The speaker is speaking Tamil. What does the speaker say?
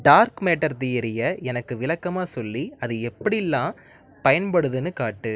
டார்க் மேட்டர் தியரியை எனக்கு விளக்கமாக சொல்லி அது எப்படிலாம் பயன்படுதுன்னு காட்டு